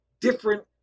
different